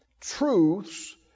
truths